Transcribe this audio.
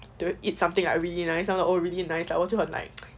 to eat something like really nice like oh nice lah 我就很 like